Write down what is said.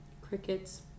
Crickets